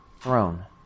throne